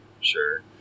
Sure